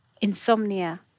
Insomnia